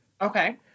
Okay